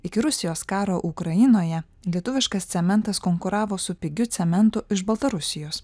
iki rusijos karo ukrainoje lietuviškas cementas konkuravo su pigiu cementu iš baltarusijos